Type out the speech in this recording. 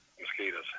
mosquitoes